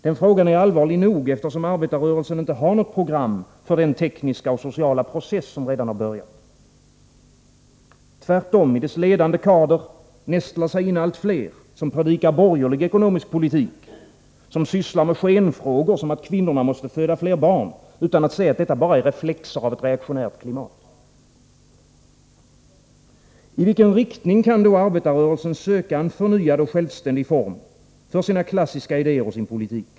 Den frågan är allvarlig nog, eftersom arbetarrörelsen inte har något program för den tekniska och sociala process som redan börjat. Tvärtom, i dess ledande kader nästlar sig in allt fler, som predikar borgerlig ekonomisk politik, som sysslar med skenfrågor som att kvinnorna måste föda fler barn, utan att se att detta bara är reflexer av ett reaktionärt klimat. I vilken riktning kan då arbetarrörelsen söka en förnyad och självständig form för sina klassiska idéer och sin politik?